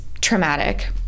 traumatic